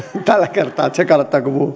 tällä kertaa